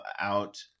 out